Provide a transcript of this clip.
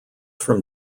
from